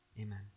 Amen